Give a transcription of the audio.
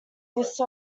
use